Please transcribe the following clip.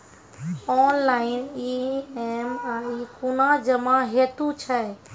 Online EMI कूना जमा हेतु छै?